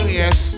yes